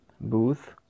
booth